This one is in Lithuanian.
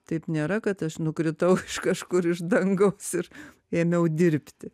taip nėra kad aš nukritau iš kažkur iš dangaus ir ėmiau dirbti